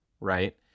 right